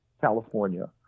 California